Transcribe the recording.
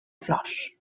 flors